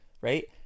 right